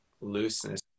looseness